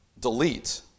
delete